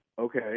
okay